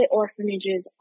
orphanages